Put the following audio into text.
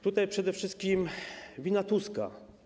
To przede wszystkim wina Tuska.